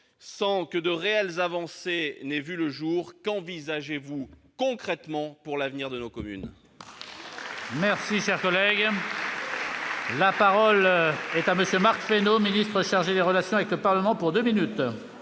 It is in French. sans que de réelles avancées aient vu le jour, qu'envisagez-vous concrètement pour l'avenir de nos communes ?